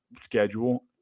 schedule